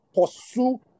pursue